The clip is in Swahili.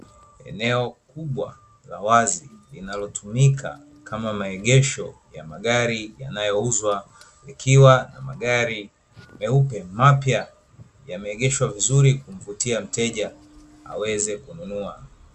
Eneo kubwa la wazi linalotumika kama maegesho ya magari yanayouzwa likiwa na magari meupe, mapya yameegeshwa vizuri kumvutia mteja aweze kununua.